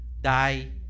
Die